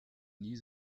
nie